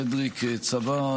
סדריק צבע,